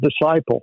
disciple